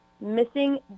missing